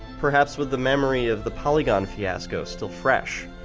perhaps with the memory of the polygon fiasco still fresh.